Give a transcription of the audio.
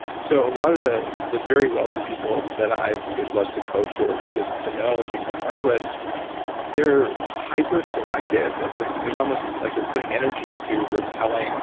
so a lot of the the very wealthy people that i've been blessed to coach or or just to know and become friends with they're hyper selective. and there's there's almost. like they're putting energy into repelling